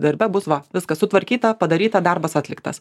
darbe bus va viskas sutvarkyta padaryta darbas atliktas